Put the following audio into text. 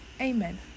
amen